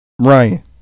Ryan